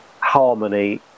harmony